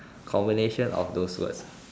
combination of those words